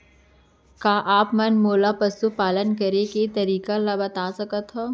का आप मन मोला पशुपालन करे के तरीका ल बता सकथव?